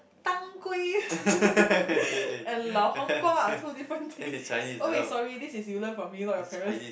当归 and 老黄瓜 are two different thing oh wait sorry this is you learn from me not your parents